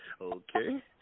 Okay